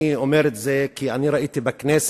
אני אומר את זה כי בשנים האחרונות ראיתי בכנסת,